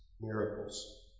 miracles